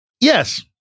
Yes